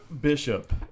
Bishop